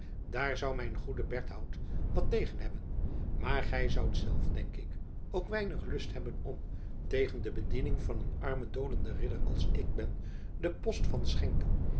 daar zou mijn goede berthout wat tegen hebben maar gij zoudt zelf denk ik ook weinig lust hebben om tegen de bediening van een armen dolenden ridder als ik ben den post van schenker